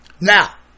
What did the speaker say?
Now